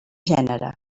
gènere